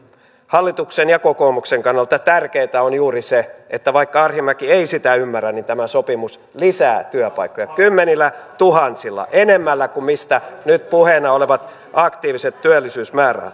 hallituksen ja kokoomuksen kannalta tärkeätä on juuri se vaikka arhinmäki ei sitä ymmärrä että tämä sopimus lisää työpaikkoja kymmenillätuhansilla enemmällä kuin nyt puheena olevat aktiiviset työllisyysmäärärahat